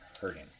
hurting